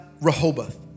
Rehoboth